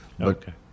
Okay